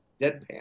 deadpan